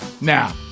Now